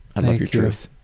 i love your truth.